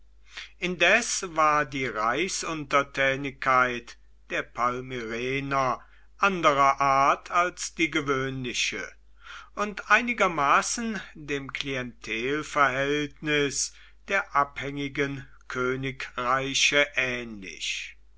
indes war die reichsuntertänigkeit der palmyrener anderer art als die gewöhnliche und einigermaßen dem klientelverhältnis der abhängigen königreiche ähnlich